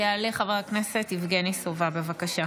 יעלה חבר הכנסת יבגני סובה, בבקשה,